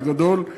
בגדול.